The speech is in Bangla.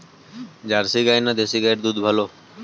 জার্সি গাই না দেশী গাইয়ের দুধ ভালো?